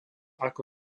ako